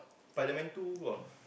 Spiderman two !wah!